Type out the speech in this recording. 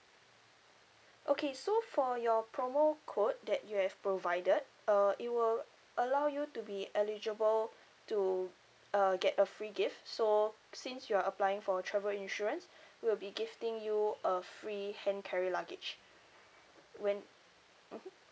okay so for your promo code that you have provided uh it will allow you to be eligible to uh get a free gift so since you're applying for a travel insurance we will be gifting you a free hand carry luggage when mmhmm